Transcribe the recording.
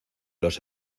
los